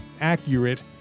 accurate